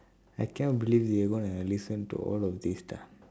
I can't believe that you're going to listen to all of these ah